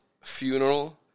funeral